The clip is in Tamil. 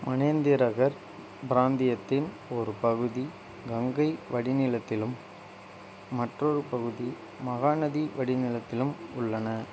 மனேந்திரகர் பிராந்தியத்தின் ஒரு பகுதி கங்கை வடிநிலத்திலும் மற்றொரு பகுதி மகாநதி வடிநிலத்திலும் உள்ளன